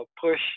push